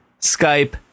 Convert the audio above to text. skype